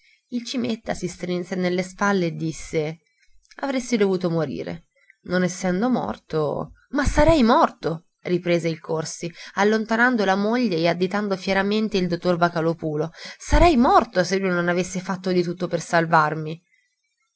il cimetta si strinse nelle spalle e disse avresti dovuto morire non essendo morto ma sarei morto riprese il corsi allontanando la moglie e additando fieramente il dottor vocalòpulo sarei morto se lui non avesse fatto di tutto per salvarmi